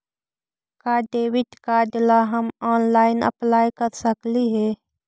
का debit card ला हम ऑनलाइन अप्लाई कर सकली हे?